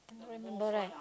cannot remember right